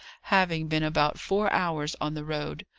having been about four hours on the road.